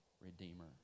Redeemer